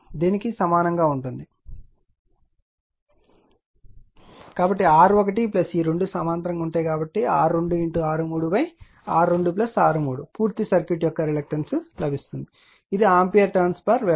దీనికి సమానంగా ఉంటుంది కాబట్టి R1 ఈ రెండు సమాంతరంగా ఉంటాయి R2 R3 R2 R3 పూర్తి సర్క్యూట్ యొక్క రిలక్టన్సు లభిస్తుంది ఇది ఆంపియర్ టర్న్స్ వెబర్